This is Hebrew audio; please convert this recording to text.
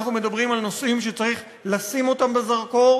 אנחנו מדברים על נושאים שצריך להאיר בזרקור,